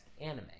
anime